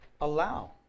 allow